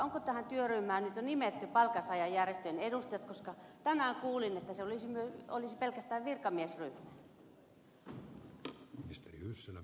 onko tähän työryhmään nyt jo nimetty palkansaajajärjestöjen edustajat koska tänään kuulin että se olisi pelkästään virkamiesryhmä